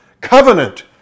covenant